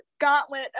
gauntlet